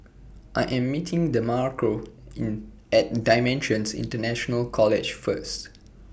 I Am meeting Demarco in At DImensions International College First